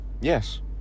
Yes